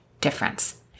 difference